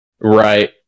Right